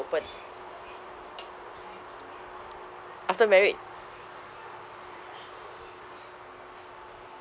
open after married